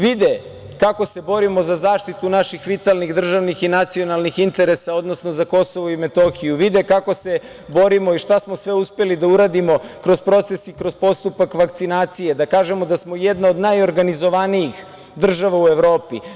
Vide kako se borimo za zaštitu naših vitalnih državnih i nacionalnih interesa, odnosno za KiM, vide kako se borimo i šta smo sve uspeli da uradimo kroz proces i kroz postupak vakcinacije, da kažemo da smo jedna od najorganizovanijih država u Evropi.